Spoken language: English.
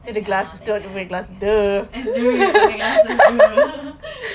tak ingat lah tak ingat tak ingat and nerd dia punya glasses